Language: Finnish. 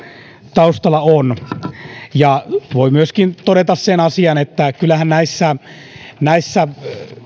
taustalla on voi myöskin todeta sen asian että kyllähän näissä näissä